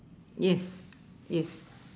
yes yes